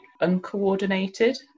uncoordinated